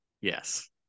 Yes